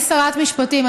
אני שרת המשפטים,